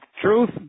truth